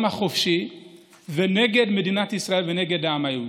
החופשי ונגד מדינת ישראל ונגד העם היהודי.